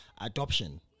adoption